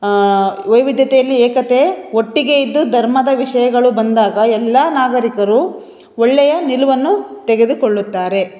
ವೈವಿಧ್ಯತೆಯಲ್ಲಿ ಏಕತೆ ಒಟ್ಟಿಗೆ ಇದ್ದು ಧರ್ಮದ ವಿಷಯಗಳು ಬಂದಾಗ ಎಲ್ಲ ನಾಗರಿಕರು ಒಳ್ಳೆಯ ನಿಲುವನ್ನು ತೆಗೆದುಕೊಳ್ಳುತ್ತಾರೆ